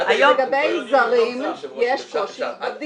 לגבי זרים יש קושי בבדיקה.